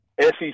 SEC